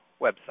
website